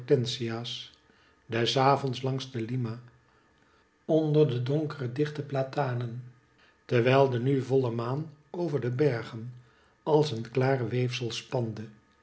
hortensia's des avonds langs de lima onder de donkere dichte platanen terwijl de nu voile maan over de bergen als een klaar weefsel spande